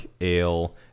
ale